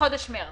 מחודש מרץ.